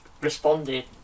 responded